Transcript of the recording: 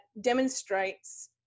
demonstrates